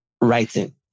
writing